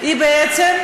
היא בעצם,